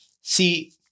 See